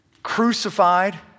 crucified